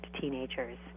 teenagers